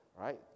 right